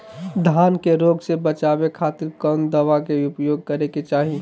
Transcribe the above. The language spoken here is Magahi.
धान के रोग से बचावे खातिर कौन दवा के उपयोग करें कि चाहे?